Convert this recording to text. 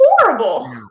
horrible